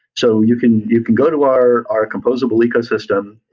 so you can you can go to our our composable ecosystem.